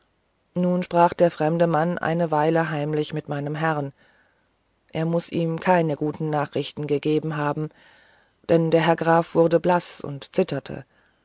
nun sprach der fremde mann eine weile heimlich mit meinem herrn er muß ihm keine gute nachricht gegeben haben denn der herr graf wurde blaß und zitterte